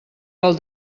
pel